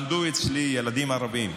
למדו אצלי ילדים ערבים,